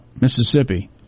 Mississippi